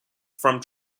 from